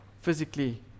physically